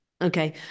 okay